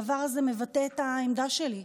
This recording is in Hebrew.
הדבר הזה מבטא את העמדה שלי,